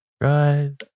Drive